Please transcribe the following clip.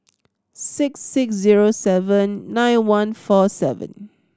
six six zero seven nine one four seven